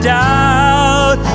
doubt